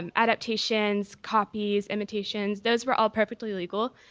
um adaptations, copies, imitations, those were all perfectly legal,